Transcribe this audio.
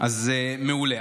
אז זה מעולה.